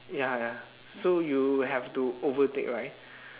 ya ya so you have to overtake right